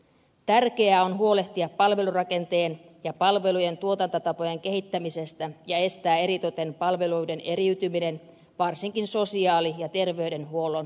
tärkeää on huolehtia palvelurakenteen ja palvelujen tuotantotapojen kehittämisestä ja estää eritoten palvelujen eriytyminen varsinkin sosiaali ja terveydenhuollon osalta